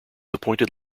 appointed